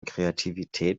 kreativität